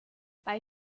bei